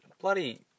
Bloody